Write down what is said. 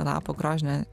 lapo grožinė